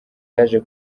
yaje